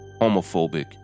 homophobic